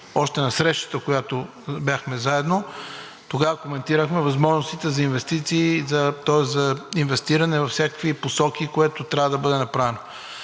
още на срещата, на която бяхме заедно тогава, коментирахме възможностите за инвестиции. Тоест за инвестиране във всякакви посоки, което трябва да бъде направено.